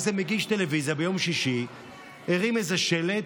איזה מגיש טלוויזיה ביום שישי הרים איזה שלט: